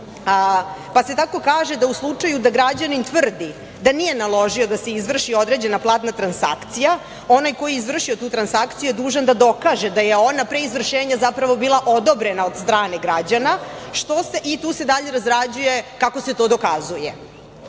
pa se tako kaže da u slučaju da građanin tvrdi da nije naložio da se izvrši određena platna transakcija, onaj ko je izvršio tu transakciju je dužan da dokaže da je ona pre izvršenja zapravo bila odobrena od strane građana i tu se dalje razrađuje kako se to dokazuje. Ono